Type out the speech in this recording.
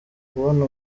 kubona